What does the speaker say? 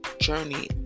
journey